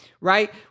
right